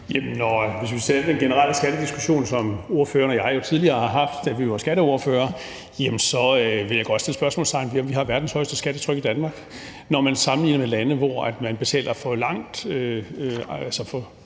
Hvis vi skal tage den generelle skattediskussion, som ordføreren og jeg jo tidligere har haft, da vi var skatteordførere, vil jeg godt sætte spørgsmålstegn ved, om vi har verdens højeste skattetryk i Danmark, når man sammenligner med lande, hvor man betaler for